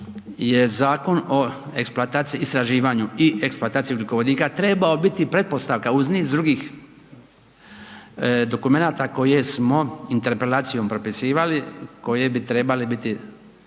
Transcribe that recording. je zakon o eksploataciji istraživanju i eksploataciji ugljikovodika trebao biti pretpostavka uz niz drugih dokumenata koje smo interpelacijom prepisivali koje bi trebale biti